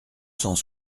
cent